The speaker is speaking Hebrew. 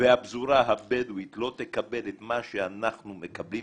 והפזורה הבדואית לא תקבל את מה שאנחנו מקבלים,